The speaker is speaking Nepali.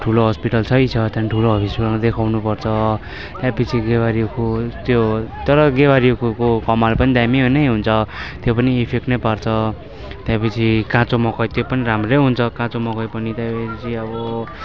ठुलो हस्पिटल छँदैछ त्यहाँदेखि ठुलो हस्पिटलमा देखाउनु पर्छ त्यसपछि गेवारे उखु त्यो तर गेवारे उखुको कमाल पनि दामी नै हुन्छ त्यो पनि इफेक्ट नै पार्छ त्यसपछि काँचो मकै त्यो पनि राम्रै हुन्छ काँचो मकै पनि त्यसपछि अब